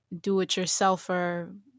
do-it-yourselfer